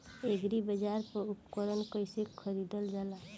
एग्रीबाजार पर उपकरण कइसे खरीदल जाला?